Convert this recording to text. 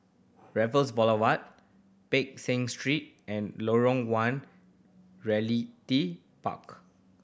Raffles Boulevard Peck Seah Street and Lorong One Realty Park